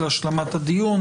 להשלמת הדיון.